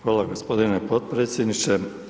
Hvala gospodine potpredsjedniče.